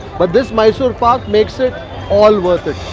but this mysore pak makes it all worth it!